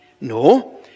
No